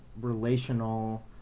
relational